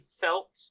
felt